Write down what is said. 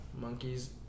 Monkeys